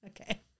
Okay